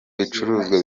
bicuruzwa